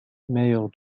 meilleure